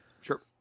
Sure